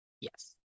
yes